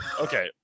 Okay